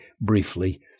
briefly